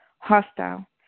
Hostile